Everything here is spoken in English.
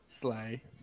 Slay